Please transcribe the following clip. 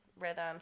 rhythm